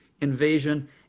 invasion